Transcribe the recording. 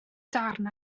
darn